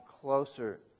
closer